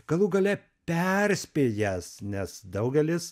galų gale perspėjęs nes daugelis